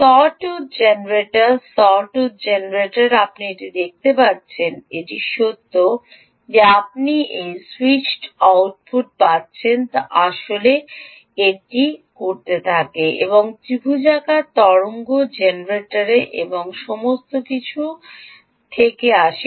sawtooth generator sawtooth generator আপনি এটি দেখতে পাচ্ছেন এটি সত্য যে আপনি একটি স্যুইচড আউটপুট পাচ্ছেন তা আসলে একটি করাত থেকে এবং ত্রিভুজাকার তরঙ্গ জেনারেটর এবং সমস্ত কিছু থেকে আসে